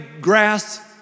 grass